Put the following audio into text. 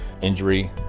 injury